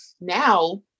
now